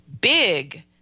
big